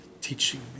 teaching